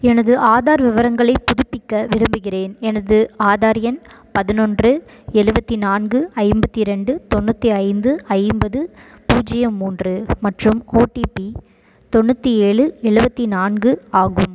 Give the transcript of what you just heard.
எனது ஆதார் விவரங்களை புதுப்பிக்க விரும்புகிறேன் எனது ஆதார் எண் பதினொன்று எழுபத்தி நான்கு ஐம்பத்தி ரெண்டு தொண்ணூற்றி ஐந்து ஐம்பது பூஜ்ஜியம் மூன்று மற்றும் ஓடிபி தொண்ணூற்றி ஏழு எழுவத்தி நான்கு ஆகும்